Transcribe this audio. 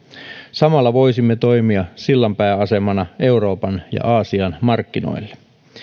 samalla voisimme toimia sillanpääasemana euroopan ja aasian markkinoilla